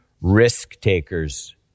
risk-takers